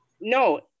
no